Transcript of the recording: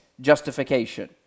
justification